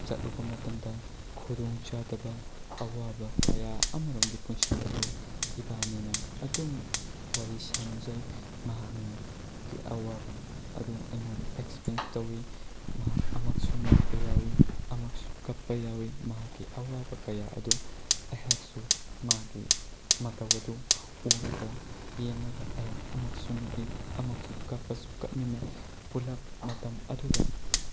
ꯆꯠꯂꯨꯕ ꯃꯇꯝꯗ ꯈꯨꯗꯣꯡꯆꯥꯗꯕ ꯑꯋꯥꯕ ꯀꯌꯥ ꯑꯃꯔꯣꯝꯒꯤ ꯄꯨꯟꯁꯤ ꯑꯗꯨ ꯏꯕꯥꯅꯤꯅ ꯑꯗꯨꯝ ꯋꯥꯔꯤ ꯁꯥꯅꯖꯩ ꯃꯍꯥꯛꯅ ꯑꯋꯥꯕ ꯑꯗꯨ ꯑꯩꯉꯣꯟꯗ ꯑꯦꯛꯁꯄ꯭ꯔꯦꯟꯁ ꯇꯧꯏ ꯃꯍꯥꯛ ꯑꯃꯨꯛꯁꯨ ꯅꯣꯛꯄ ꯌꯥꯎꯏ ꯑꯃꯨꯛꯁꯨ ꯀꯞꯄ ꯌꯥꯎꯏ ꯃꯍꯥꯛꯀꯤ ꯑꯋꯥꯕ ꯀꯌꯥ ꯑꯗꯨ ꯑꯩꯍꯥꯛꯁꯨ ꯃꯥꯒꯤ ꯃꯇꯧ ꯑꯗꯨ ꯎꯔꯒ ꯌꯦꯡꯉꯒ ꯑꯩꯍꯥꯛ ꯑꯃꯛꯁꯨ ꯅꯣꯛꯏ ꯑꯃꯨꯛꯁꯨ ꯀꯞꯄꯁꯨ ꯀꯞꯃꯤꯟꯅꯩ ꯄꯨꯂꯞ ꯃꯇꯝ ꯑꯗꯨꯗ